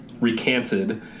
recanted